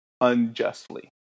unjustly